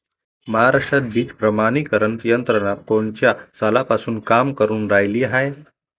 महाराष्ट्रात बीज प्रमानीकरण यंत्रना कोनच्या सालापासून काम करुन रायली हाये?